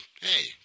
hey